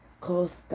Costa